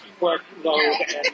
workload